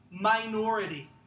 minority